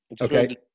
Okay